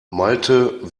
malte